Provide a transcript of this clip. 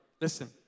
Listen